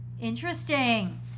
Interesting